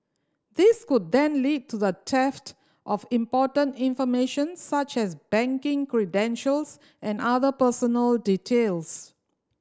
this could then lead to the theft of important information such as banking credentials and other personal details